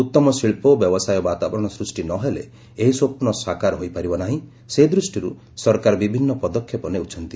ଉଉମ ଶିଳ୍ପ ଓ ବ୍ୟବସାୟ ବାତାବରଣ ସୂଷ୍ଟି ନ ହେଲେ ଏହି ସ୍ୱପ୍ନ ସାକାର ହୋଇପାରିବ ନାହିଁ ସେ ଦୃଷ୍ଟିରୁ ସରକାର ବିଭିନ୍ନ ପଦକ୍ଷେପ ନେଉଛନ୍ତି